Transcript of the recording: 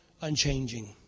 unchanging